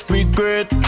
Regret